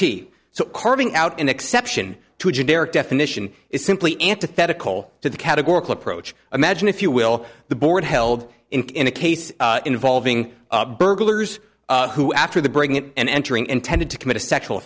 t so carving out an exception to a generic definition is simply antithetical to the categorical approach imagine if you will the board held in a case involving burglars who after the bring it and entering intended to commit a sexual